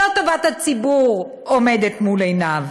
לא טובת הציבור עומדת מול עיניו